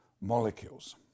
molecules